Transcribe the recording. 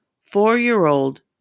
four-year-old